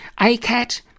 ACAT